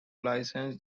licensed